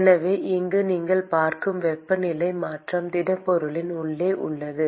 எனவே இங்கு நீங்கள் பார்க்கும் வெப்பநிலை மாற்றம் திடப்பொருளின் உள்ளே உள்ளது